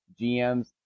GMs